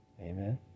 Amen